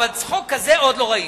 אבל צחוק כזה עוד לא ראיתי.